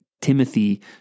Timothy